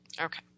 Okay